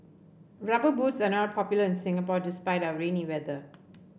rubber boots are not popular in Singapore despite our rainy weather